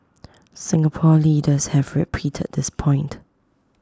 Singapore leaders have repeated this point